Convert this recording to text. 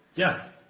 yes.